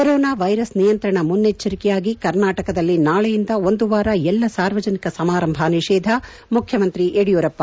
corona virus ನಿಯಂತ್ರಣ ಮುನ್ನೆಚ್ಚರಿಕೆಯಾಗಿ ಕರ್ನಾಟಕದಲ್ಲಿ ನಾಳೆಯಿಂದ ಒಂದು ವಾರ ಎಲ್ಲಾ ಸಾರ್ವಜನಿಕ ಸಮಾರಂಭ ನಿಷೇಧ ಮುಖ್ಯಮಂತ್ರಿ ಯಡಿಯೂರಪ್ಪ